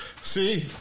See